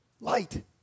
light